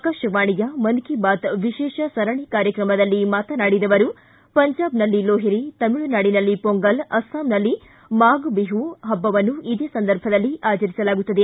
ಆಕಾಶವಾಣಿ ಮನ್ ಕಿ ಬಾತ್ ವಿಶೇಷ ಸರಣಿ ಕಾರ್ಯಕ್ರಮದಲ್ಲಿ ಮಾತನಾಡಿದ ಅವರು ಪಂಜಾಬ್ನಲ್ಲಿ ಲೋಹ್ರಿ ತಮಿಳುನಾಡಿನಲ್ಲಿ ಮೊಂಗಲ್ ಅಸ್ನಾಂ ನಲ್ಲಿ ಮಾಫ ಬಿಹು ಹಬ್ಬವನ್ನು ಇದೇ ಸಂದರ್ಭದಲ್ಲಿ ಆಚರಿಸಲಾಗುತ್ತದೆ